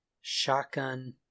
shotgun